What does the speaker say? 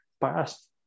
past